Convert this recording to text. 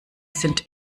sind